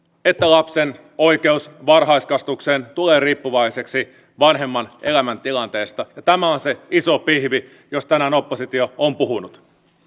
että lapsen oikeus varhaiskasvatukseen tulee riippuvaiseksi vanhemman elämäntilanteesta ja tämä on se iso pihvi josta tänään oppositio on puhunut